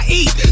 eat